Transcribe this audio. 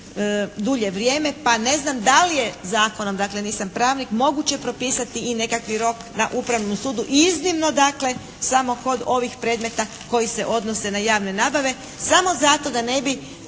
pa ne znam da li je zakonom dakle, nisam pravnik, moguće propisati i nekakvi rok na upravnom sudu, iznimno dakle samo kod ovih predmeta koji se odnose na javne nabave samo zato da ne bi